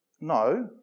no